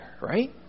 right